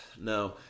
no